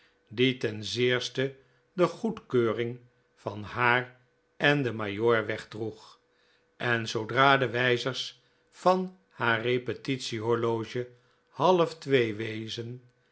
die ten zeerste de goedkeuring van haar en den majoor wegdroeg en zoodra de wijzers van haar repetitie horloge half twee wezen